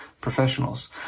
professionals